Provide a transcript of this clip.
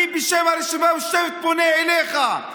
אני בשם הרשימה המשותפת פונה אליך.